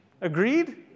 Agreed